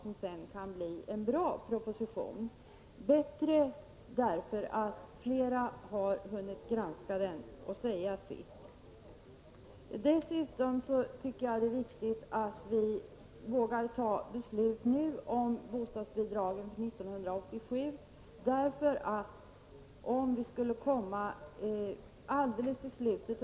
Det kan i sin tur leda till en bra proposition. Dessutom tycker jag det är viktigt att vi redan nu vågar fatta beslut om bostadsbidragen för 1987.